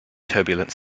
turbulent